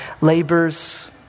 labors